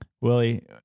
Willie